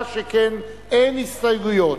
שנייה, שכן אין הסתייגות.